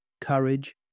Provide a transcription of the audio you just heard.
courage